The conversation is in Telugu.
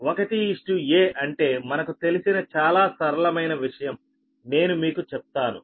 1 a అంటే మనకు తెలిసిన చాలా సరళమైన విషయం నేను మీకు చెప్తాను